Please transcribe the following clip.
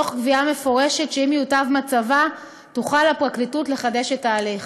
תוך קביעה מפורשת שאם יוטב מצבה תוכל הפרקליטות לחדש את ההליך.